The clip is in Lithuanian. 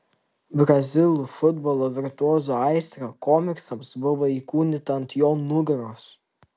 brazilų futbolo virtuozo aistra komiksams buvo įkūnyta ant jo nugaros